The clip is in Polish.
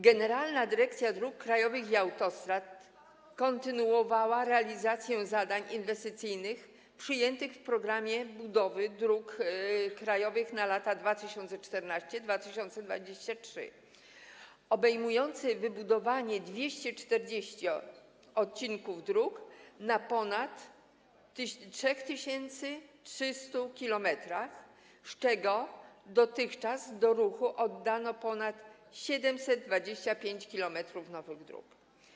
Generalna Dyrekcja Dróg Krajowych i Autostrad kontynuowała realizację zadań inwestycyjnych przyjętych w „Programie budowy dróg krajowych na lata 2014-2023”, obejmującym wybudowanie 240 odcinków dróg o długości ponad 3300 km, z czego dotychczas do ruchu oddano ponad 725 km nowych dróg.